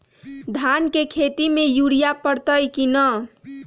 धान के खेती में यूरिया परतइ कि न?